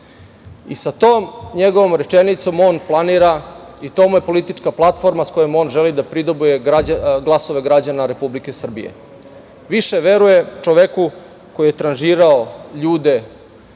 tom njegovom rečenicom on planira i to mu je politička platforma sa kojom on želi da pridobije glasove građana Republike Srbije. Više veruje čoveku koji je tranžirao ljude